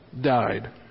died